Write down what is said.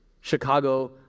Chicago